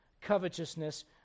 covetousness